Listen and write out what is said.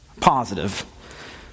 Positive